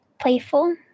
playful